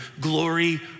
glory